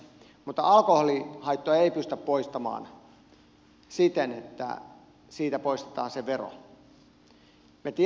mutta alkoholihaittoja ei pystytä poistamaan siten että siitä poistetaan se vero